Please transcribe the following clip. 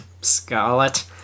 Scarlet